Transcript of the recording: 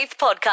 Podcast